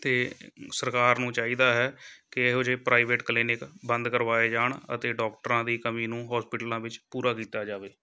ਅਤੇ ਸਰਕਾਰ ਨੂੰ ਚਾਹੀਦਾ ਹੈ ਕਿ ਇਹੋ ਜਿਹੇ ਪ੍ਰਾਈਵੇਟ ਕਲੀਨਿਕ ਬੰਦ ਕਰਵਾਏ ਜਾਣ ਅਤੇ ਡੋਕਟਰਾਂ ਦੀ ਕਮੀ ਨੂੰ ਹੋਸਪੀਟਲਾਂ ਵਿੱਚ ਪੂਰਾ ਕੀਤਾ ਜਾਵੇ